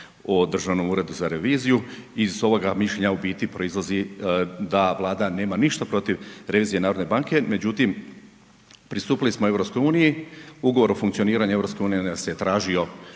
o Državnom uredu za reviziju, i iz ovoga mišljenja u biti proizlazi da Vlada nema ništa protiv revizije Narodne banke, međutim pristupili smo Europskoj uniji, ugovor o funkcioniranju Europske unije